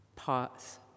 Pause